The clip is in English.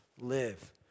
live